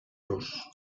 los